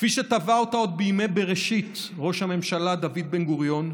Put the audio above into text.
כפי שטבע אותו עוד בימי בראשית ראש הממשלה דוד בן-גוריון,